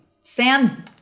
sand